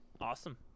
awesome